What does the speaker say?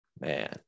man